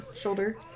shoulder